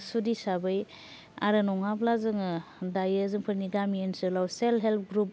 सुद हिसाबै आरो नङाब्ला जोङो दायो जोंफोरनि गामि ओनसोलाव सेल्फ हेल्प ग्रुप